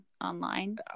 online